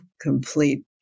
complete